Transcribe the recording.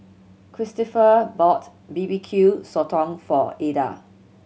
Kristoffer bought B B Q Sotong for Adda